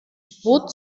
boot